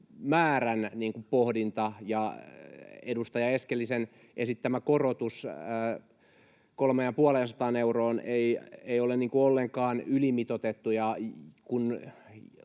määrän pohdinta. Edustaja Eskelisen esittämä korotus kolmeen ja puoleen sataan euroon ei ole ollenkaan ylimitoitettu,